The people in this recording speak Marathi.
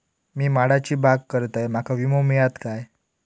मी माडाची बाग करतंय माका विमो मिळात काय?